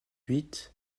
huit